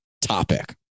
topic